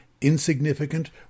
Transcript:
insignificant